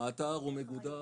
האתר הוא מגודר,